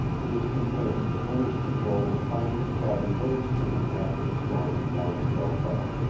he was convinced the police patrol would find his cabin very soon after the storm had worn itself out.